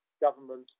government